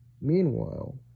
Meanwhile